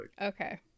Okay